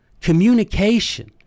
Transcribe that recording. Communication